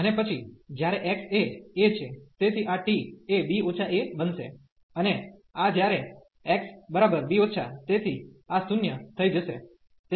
અને પછી જ્યારે x એ a છે તેથી આ t એ b a બનશે અને આ જ્યારે xb તેથી આ 0 થઈ જશે